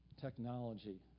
technology